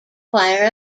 choir